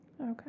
okay